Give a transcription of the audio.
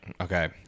Okay